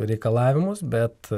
reikalavimus bet